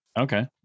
Okay